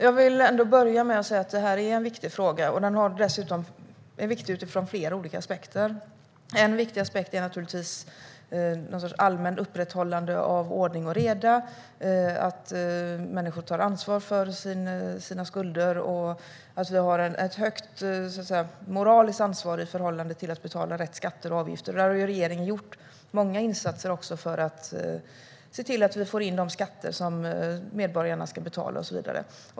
Fru talman! Det här är en viktig fråga utifrån flera olika aspekter. En viktig aspekt är naturligtvis någon sorts allmänt upprätthållande av ordning och reda. Människor ska ta ansvar för sina skulder, och vi ska ha ett högt moraliskt ansvar för att betala rätt skatter och avgifter. Regeringen har gjort många insatser för att se till att vi får in de skatter som medborgarna ska betala och så vidare.